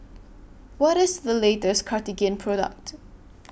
What IS The latest Cartigain Product